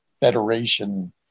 federation